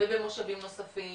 ובמושבים נוספים.